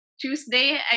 Tuesday